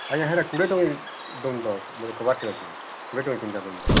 ଆଜ୍ଞା ସେଇଟା କୋଡ଼ିଏ ଚଙ୍କା ଦିଅନ୍ତୁ ତ ଗୋଟେ କବାଟଟେ ଅଛି କୋଡ଼ିଏ ଟଙ୍କା ତିନିଟା ଦିଅନ୍ତୁ ତ